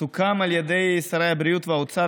סוכם על ידי שרי הבריאות והאוצר,